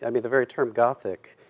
i mean, the very term gothic,